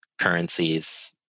currencies